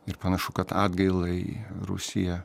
ir panašu kad atgailai rusija